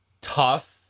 tough